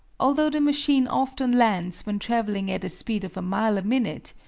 although the machine often lands when traveling at a speed of a mile a minute,